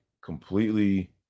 completely